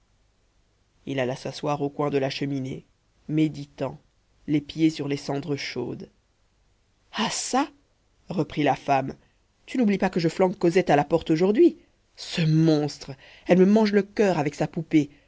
il alla s'asseoir au coin de la cheminée méditant les pieds sur les cendres chaudes ah çà reprit la femme tu n'oublies pas que je flanque cosette à la porte aujourd'hui ce monstre elle me mange le coeur avec sa poupée